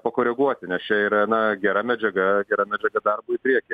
pakoreguoti nes čia yra na gera medžiaga gera medžiaga darbui į priekį